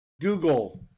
Google